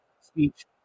speech